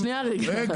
רגע.